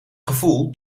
gevoel